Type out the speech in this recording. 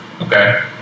Okay